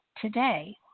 today